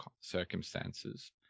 circumstances